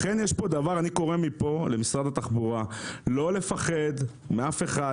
אני קורא למשרד התחבורה לא לפחד מאף אחד,